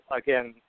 again